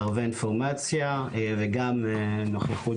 ערבי אינפורמציה וגם נוכחות